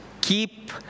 keep